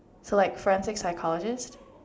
so like forensic psychologist